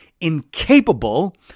incapable